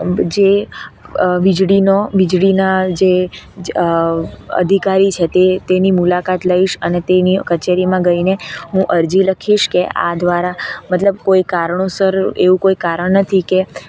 જે વીજળીનો વીજળીના જે અધિકારી છે તે તેની મુલાકાત લઇશ અને તેની કચેરીમાં જઈને હું અરજી લખીશ કે આ દ્વારા મતલબ કોઈ કારણોસર એવું કોઈ કારણ નથી કે